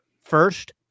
first